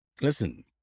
listen